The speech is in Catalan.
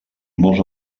molts